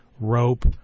rope